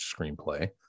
screenplay